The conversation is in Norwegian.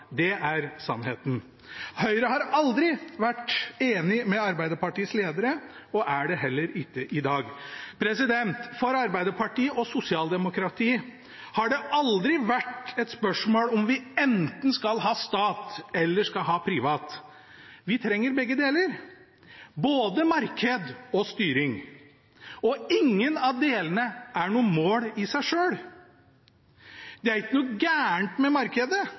Det er sannheten. Høyre har aldri vært enig med Arbeiderpartiets ledere og er det heller ikke i dag. For Arbeiderpartiet og sosialdemokratiet har det aldri vært et spørsmål om vi skal ha enten stat eller privat. Vi trenger begge deler – både marked og styring. Ingen av delene er noe mål i seg sjøl. Det er ikke noe galt med markedet. Det har sine fordeler. Men markedet kan aldri løse de samfunnsmessige utfordringene. Markedet